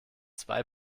zwei